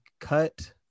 cut